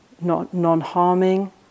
non-harming